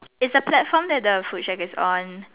is a platform that the food shack is on